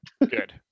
good